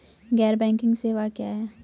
गैर बैंकिंग सेवा क्या हैं?